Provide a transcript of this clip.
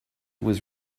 was